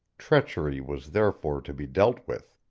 treachery was therefore to be dealt with.